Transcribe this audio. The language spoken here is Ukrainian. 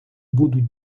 будуть